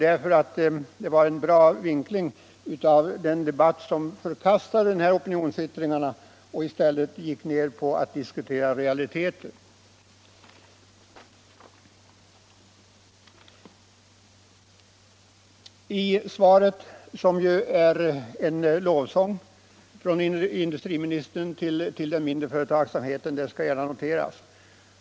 Det kan noteras att industriministerns svar på interpellationen är en lovsång till den mindre företagsamheten.